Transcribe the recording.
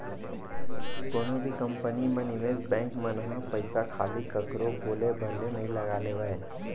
कोनो भी कंपनी म निवेस बेंक मन ह पइसा खाली कखरो बोले भर ले नइ लगा लेवय